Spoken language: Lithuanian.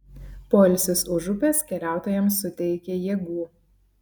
poilsis už upės keliautojams suteikė jėgų